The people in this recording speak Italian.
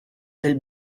del